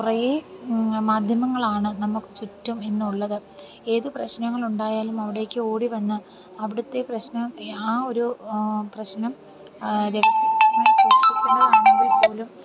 കുറേ മാധ്യമങ്ങളാണ് നമുക്ക് ചുറ്റും ഇന്നുള്ളത് ഏത് പ്രശ്നങ്ങൾ ഉണ്ടായാലും അവിടേക്ക് ഓടി വന്ന് അവിടുത്തെ പ്രശ്നം ആ ഒരു പ്രശ്നം രഹസ്യം ആണെങ്കിൽ പോലും